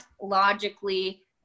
logically